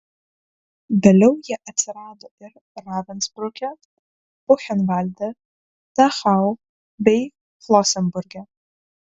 vėliau jie atsirado ir ravensbruke buchenvalde dachau bei flosenburge